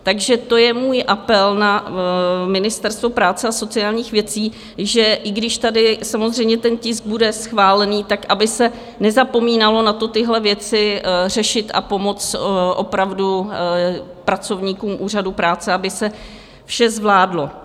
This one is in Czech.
Takže to je můj apel na Ministerstvo práce a sociálních věcí, že i když tady samozřejmě ten tisk bude schválený, tak aby se nezapomínalo na to, tyhle věci řešit a pomoct opravdu pracovníkům úřadu práce, aby se vše zvládlo.